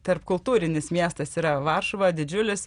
tarpkultūrinis miestas yra varšuva didžiulis